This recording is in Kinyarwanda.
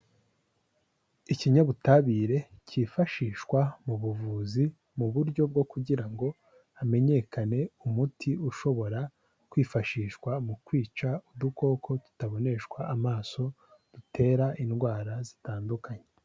Ikinyabutabire cyifashishwa mu buvuzi mu buryo bwo kugira ngo hamenyekane umuti ushobora kwifashishwa mu kwica udukoko tutaboneshwa amaso, dutera indwara zitandukanye.